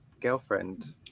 girlfriend